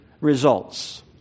results